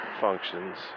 functions